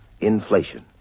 inflation